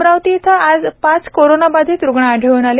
अमरावती इथं आज पाच कोरोनाबाधित रुग्ण आढळून आले